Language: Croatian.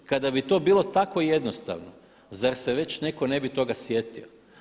Kada bi to bilo tako jednostavno zar se već netko ne bi toga sjetio?